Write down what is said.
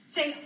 Say